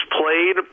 played